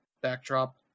backdrop